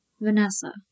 Vanessa